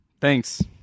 Thanks